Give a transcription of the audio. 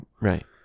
Right